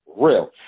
real